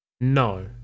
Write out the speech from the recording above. no